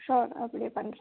sure நான் அப்படியே பண்ணுறேன்